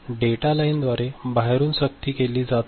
data लाइनद्वारे बाहेरून सक्ती केली जात आहे